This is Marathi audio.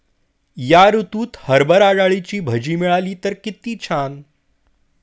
या ऋतूत हरभरा डाळीची भजी मिळाली तर कित्ती छान